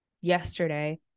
yesterday